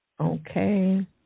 Okay